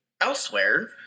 elsewhere